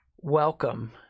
Welcome